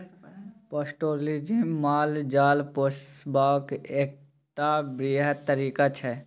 pastoralism माल जाल पोसबाक एकटा बृहत तरीका छै